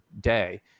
day